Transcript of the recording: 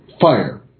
fire